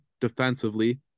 defensively